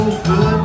good